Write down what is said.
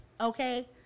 okay